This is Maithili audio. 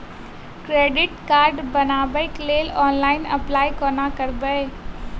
क्रेडिट कार्ड बनाबै लेल ऑनलाइन अप्लाई कोना करबै?